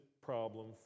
problem